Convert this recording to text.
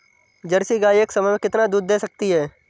Jersey गाय एक समय में कितना दूध दे सकती है?